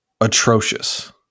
atrocious